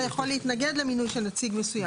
להתנגד למינוי של נציג מסוים.